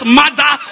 mother